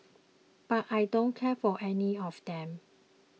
but I don't care for any of them